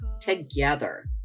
together